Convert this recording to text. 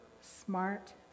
smart